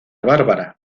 bárbara